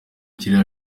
kirere